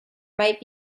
might